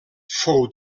fou